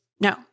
no